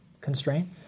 constraint